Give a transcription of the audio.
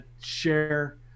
share